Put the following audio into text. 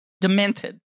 Demented